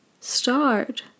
start